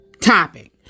topic